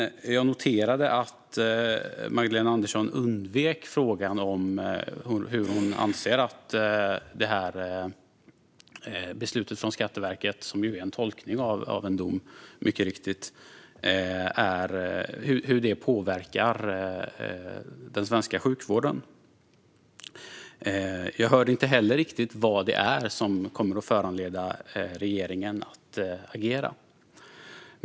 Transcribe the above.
Jag noterade dock att Magdalena Andersson undvek frågan om hur hon anser att Skatteverkets beslut, som mycket riktigt är en tolkning av en dom, påverkar den svenska sjukvården. Jag hörde inte heller riktigt vad det är som kommer att föranleda regeringen att agera.